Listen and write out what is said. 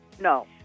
No